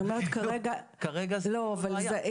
לא, אבל סימונה, תגידי שעד לפני שבוע היה.